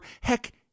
Heck